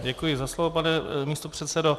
Děkuji za slovo, pane místopředsedo.